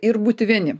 ir būti vieni